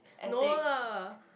no lah